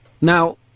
now